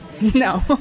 No